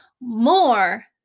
more